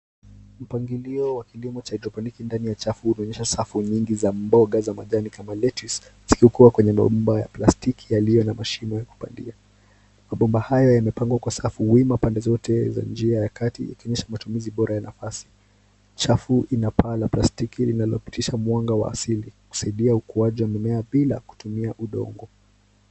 Mpangilio wa kilimo cha hydroponiki ndani ya chafu unaonyesha safu nyingi za mboga za majani kama lettuce zikikua kwenye mabomba ya plastiki yaliyo na mashimo ya kupandia. Mabomba hayo yamepangwa kwa safu wima pande zote za njia ya kati, ikionyesha matumizi bora ya nafasi. Chafu ina paa la plastiki linalopitisha mwanga wa asili, kusaidia ukuaji wa mimea bila kutumia udongo.